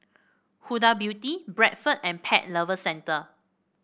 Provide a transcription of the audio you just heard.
Huda Beauty Bradford and Pet Lovers Centre